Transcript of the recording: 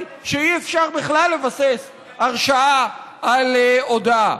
שאי-אפשר בכלל לבסס הרשעה על הודאה.